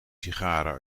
sigaren